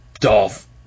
Dolph